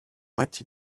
might